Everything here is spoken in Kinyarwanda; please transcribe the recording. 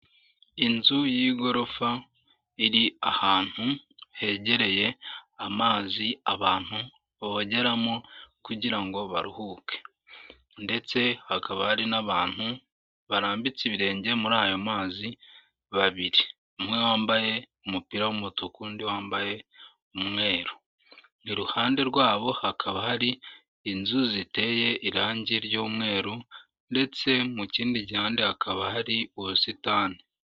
Inzu y'igorofa iri ahantu hegereye amazi abantu bogeramo kugira ngo baruhuke ndetse hakaba hari n'abantu barambitse ibirenge muri ayo mazi, babiri umwe wambaye umupira w'umutuku undi wambaye umweru. Iruhande rwabo hakaba hari inzu ziteye irangi ry'umweru ndetse mu kindi gihande hakaba hari ubusitani.